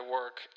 work